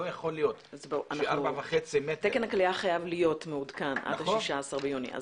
לא יכול להיות ש-4.5 מטר -- תקן הכליאה חייב להיות מעודכן עד 16 ביוני.